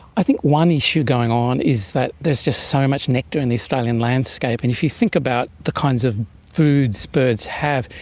i think one issue going on is that there's just so much nectar in the australian landscape. and if you think about the kinds of foods birds have,